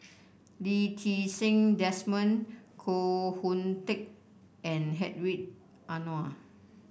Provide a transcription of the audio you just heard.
Lee Ti Seng Desmond Koh Hoon Teck and Hedwig Anuar